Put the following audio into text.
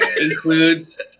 Includes